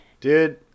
Dude